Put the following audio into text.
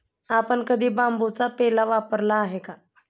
आपण कधी बांबूचा पेला वापरला आहे का?